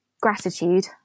gratitude